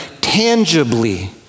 tangibly